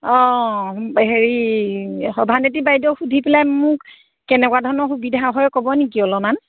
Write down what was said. অঁ হেৰি সভানেত্ৰী বাইদেউক সুধি পেলাই মোক কেনেকুৱা ধৰণৰ সুবিধা হয় ক'ব নেকি অলপমান